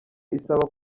isaba